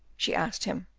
she asked him.